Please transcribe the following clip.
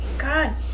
God